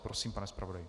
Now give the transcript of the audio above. Prosím, pane zpravodaji